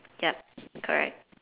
yup correct